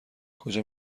کجا